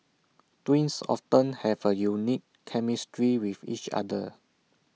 twins often have A unique chemistry with each other